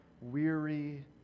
weary